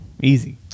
Easy